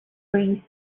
three